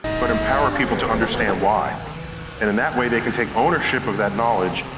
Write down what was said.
but empower people to understand why. and in that way, they can take ownership of that knowledge,